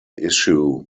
issue